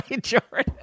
Jordan